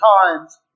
times